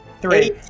three